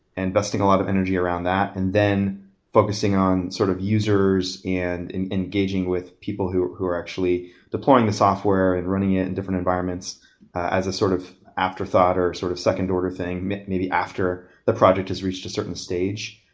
investing a lot of energy around that and then focusing on sort of users and engaging with people who who are actually deploying the software and running in and different environments as a sort of afterthought or sort of second order thing maybe after the project has reached a certain stage.